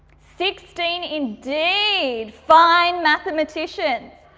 sixteen, indeed, fine mathematician.